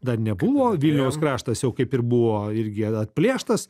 dar nebuvo vilniaus kraštas jau kaip ir buvo irgi atplėštas